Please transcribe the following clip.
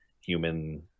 human